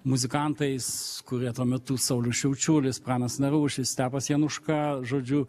muzikantais kurie tuo metu saulius šiaučiulis pranas narušis stepas januška žodžiu